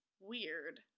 weird